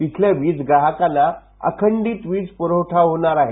तिथल्या वीज ग्राहकांना अखंडित वीज पुरवठा होणार आहे